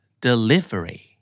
Delivery